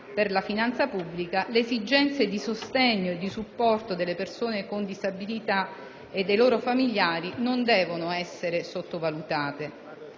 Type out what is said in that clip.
per la finanza pubblica, le esigenze di sostegno e di supporto delle persone con disabilità e dei loro familiari non devono essere sottovalute.